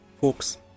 Folks